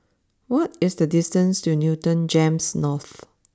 what is the distance to Newton Gems North